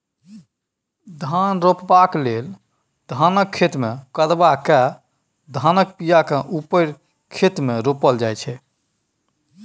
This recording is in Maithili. धान रोपबाक लेल धानक खेतमे कदबा कए धानक बीयाकेँ उपारि खेत मे रोपल जाइ छै